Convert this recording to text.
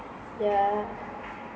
yeah